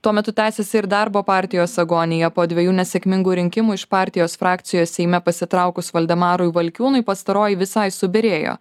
tuo metu tęsėsi ir darbo partijos agonija po dvejų nesėkmingų rinkimų iš partijos frakcijos seime pasitraukus valdemarui valkiūnui pastaroji visai subyrėjo